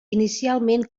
inicialment